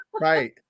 Right